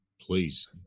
please